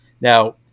Now